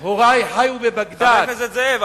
ואם אנחנו, הורי חיו בבגדד, חבר הכנסת זאב.